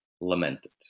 lamented